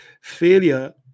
failure